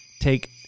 take